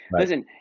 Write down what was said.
listen